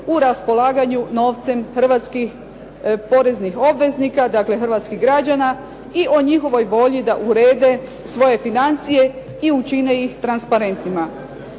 u raspolaganju novcem hrvatskih poreznih obveznika, dakle hrvatskih građana i o njihovoj volji da urede svoje financije i učine ih transparentnima.